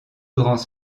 grands